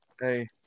hey